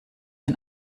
den